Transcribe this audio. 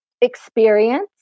experience